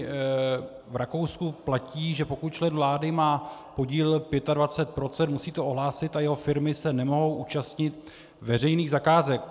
V Rakousku platí, že pokud člen vlády má podíl 25 %, musí to ohlásit a jeho firmy se nemohou účastnit veřejných zakázek.